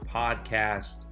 podcast